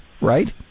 right